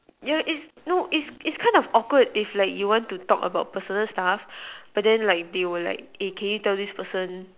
yeah it's no it's it's kind of like awkward if like you want to talk about personal stuff but then like they were like eh can you tell this person